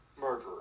Murderer